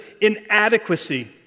inadequacy